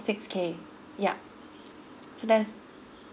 six K yup so that's